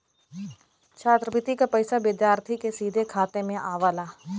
छात्रवृति क पइसा विद्यार्थी के सीधे खाते में आवला